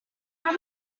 how